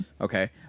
Okay